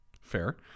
Fair